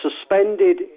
Suspended